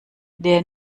der